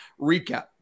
recap